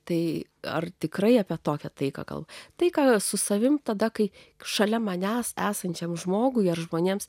tai ar tikrai apie tokią taiką taiką su savimi tada kai šalia manęs esančiam žmogui ar žmonėms